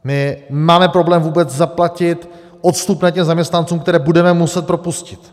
My máme problém vůbec zaplatit odstupné těm zaměstnancům, které budeme muset propustit.